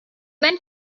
when